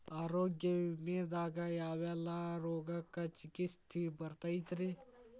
ಆರೋಗ್ಯ ವಿಮೆದಾಗ ಯಾವೆಲ್ಲ ರೋಗಕ್ಕ ಚಿಕಿತ್ಸಿ ಬರ್ತೈತ್ರಿ?